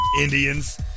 Indians